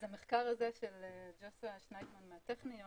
אז המחקר של ג'וסיה שנייטמן מהטכניון,